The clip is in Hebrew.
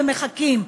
ומחכים,